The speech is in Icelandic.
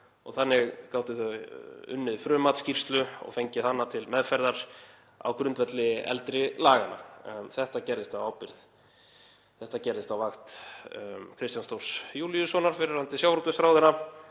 og þannig gátu þau unnið frummatsskýrslu og fengið hana til meðferðar á grundvelli eldri laganna. Þetta gerðist á ábyrgð og á vakt Kristjáns Þórs Júlíussonar, fyrrverandi sjávarútvegsráðherra.